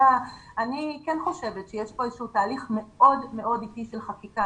אני כן חושבת שיש כאן איזשהו תהליך מאוד איטי של חקיקה.